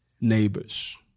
neighbors